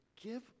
give